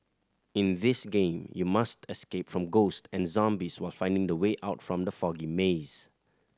in this game you must escape from ghost and zombies while finding the way out from the foggy maze